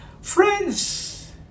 friends